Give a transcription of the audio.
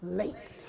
late